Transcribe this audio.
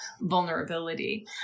vulnerability